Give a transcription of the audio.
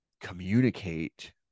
communicate